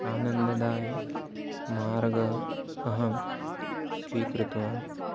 आनन्ददायः मार्गः अहं स्वीकृतवान्